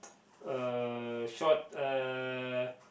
a short uh